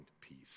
peace